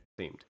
Themed